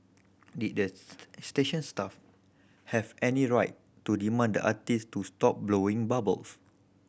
did the station staff have any right to demand the artist to stop blowing bubbles